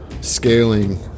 scaling